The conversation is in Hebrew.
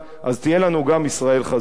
תהיה לנו גם ישראל חזקה.